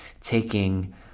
taking